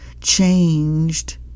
changed